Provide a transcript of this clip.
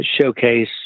showcase